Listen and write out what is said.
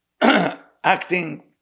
acting